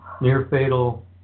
near-fatal